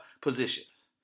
positions